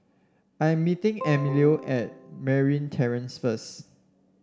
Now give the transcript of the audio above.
I am meeting Emilio at Merryn Terrace first